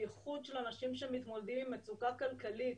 בייחוד של אנשים שמתמודדים עם מצוקה כלכלית